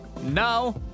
Now